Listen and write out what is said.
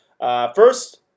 First